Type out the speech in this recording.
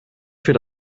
für